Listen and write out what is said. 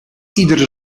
iedere